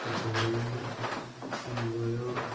Dhiren Sanjay